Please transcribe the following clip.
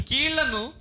Kilanu